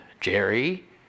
Jerry